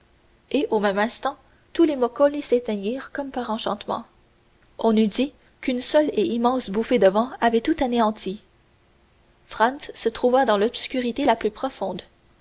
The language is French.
et au même instant tous les moccoli s'éteignirent comme par enchantement on eût dit qu'une seule et immense bouffée de vent avait tout anéanti franz se trouva dans l'obscurité la plus profonde